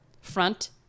Front